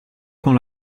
con